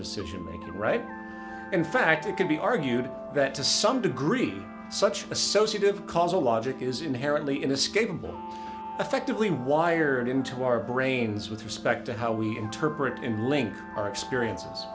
making right in fact it can be argued that to some degree such associative causal logic is inherently inescapable effectively wired into our brains with respect to how we interpret and link our experiences